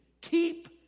keep